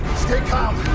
stay calm.